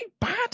bad